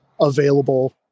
available